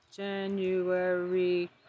January